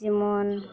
ᱡᱮᱢᱚᱱ